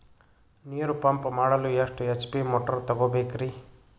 ನೀರು ಪಂಪ್ ಮಾಡಲು ಎಷ್ಟು ಎಚ್.ಪಿ ಮೋಟಾರ್ ತಗೊಬೇಕ್ರಿ?